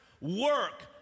Work